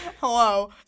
Hello